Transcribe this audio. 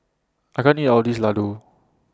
I can't eat All of This Laddu